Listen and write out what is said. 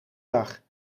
dag